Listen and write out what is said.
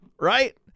right